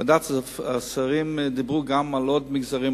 השרים דיברו על עוד מגזרים,